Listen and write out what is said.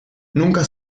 nunca